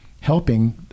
helping